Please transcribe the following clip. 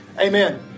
Amen